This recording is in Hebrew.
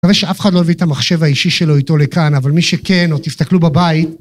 מקווה שאף אחד לא יביא את המחשב האישי שלו איתו לכאן, אבל מי שכן, או תסתכלו בבית.